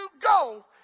go